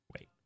Wait